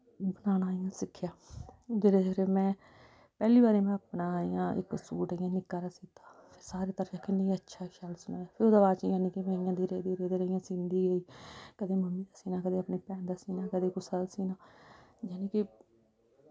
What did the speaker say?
बनाना इ'यां सिक्खेआ धीरे धीरे में पैह्ली बारी में अपना इयां इक सूट इ'यां निक्का हारा सीता सारें तरीफ कीती कि नेईं अच्छा ऐ ओह्दे बाद जानि के में इ'यां धीरे धीरे इ'यां सींदी गेई कदें मम्मी दा सीना कदें अपनी भैन दा सीना कदें कुसै दा सीना जानि के